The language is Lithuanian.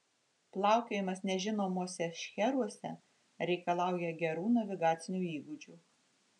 plaukiojimas nežinomuose šcheruose reikalauja gerų navigacinių įgūdžių